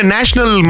National